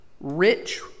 rich